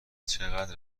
چقدر